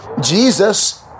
Jesus